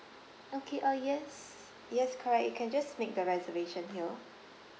okay uh yes yes correct you can just make the reservation here